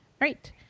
Right